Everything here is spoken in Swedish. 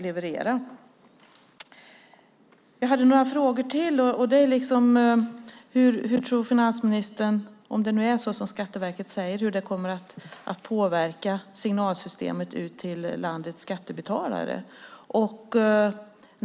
Om det är som Skatteverket säger, hur tror finansministern att det kommer att påverka signalsystemet ut till landets skattebetalare?